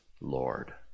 Lord